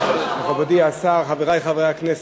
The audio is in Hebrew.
מכובדי השר, חברי חברי הכנסת,